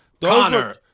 Connor